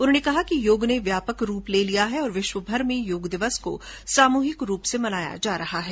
उन्होंने कहा कि योग ने व्यापक रूप ले लिया है और विश्वभर में योग दिवस को सामूहिक रूप से मनाया जा रहा है